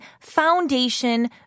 foundation